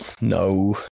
No